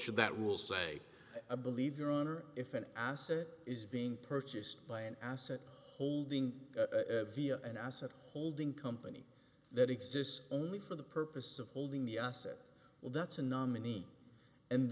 should that will say believe your honor if an asset is being purchased by an asset holding via an asset holding company that exists only for the purpose of holding the assets well that's a nominee and